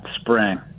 spring